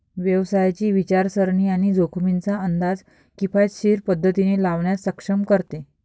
व्यवसायाची विचारसरणी आणि जोखमींचा अंदाज किफायतशीर पद्धतीने लावण्यास सक्षम करते